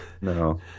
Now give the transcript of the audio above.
No